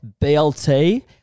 BLT